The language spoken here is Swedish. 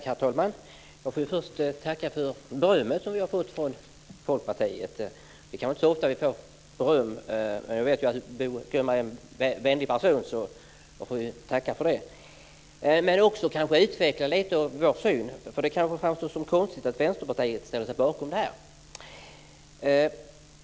Herr talman! Jag vill först tacka för berömmet som vi fick från Folkpartiet. Det är inte så ofta som vi får beröm, men jag vet att Bo Könberg är en vänlig person, så jag får tacka för det. Jag ska också utveckla lite om vår syn. Det kanske framstår som konstigt att Vänsterpartiet ställer sig bakom detta.